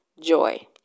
joy